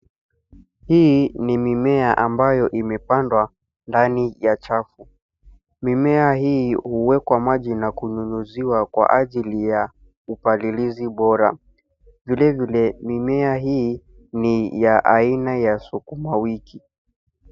Hii ni mimea ambayo imepandwa ndani ya chafu. Mimea hii huwekwa maji na kunyunyuziwa kwa ajili ya upalilizi bora. Vile vile mimea hii ni ya aina ya sukumawiki.